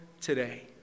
today